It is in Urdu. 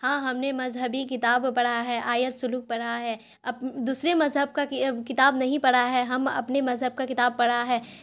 ہاں ہم نے مذہبی کتاب پڑھا ہے آیت سلوک پڑھا ہے دوسرے مذہب کا کتاب نہیں پڑھا ہے ہم اپنے مذہب کا کتاب پڑھا ہے